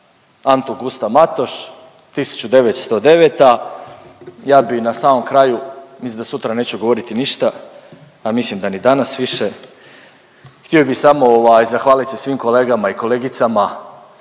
Antun Gustav Matoš. 1909.. Ja bi na samom kraju, mislim da sutra neću govoriti ništa, a mislim da ni danas više, htio bi samo ovaj zahvalit se svim kolegama i kolegicama